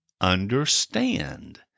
understand